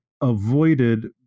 avoided